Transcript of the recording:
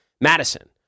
Madison